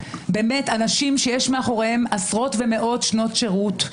אנשים שיש מאחוריהם עשרות ומאות שנות שירות,